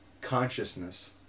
consciousness